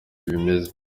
bimeze